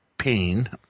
pain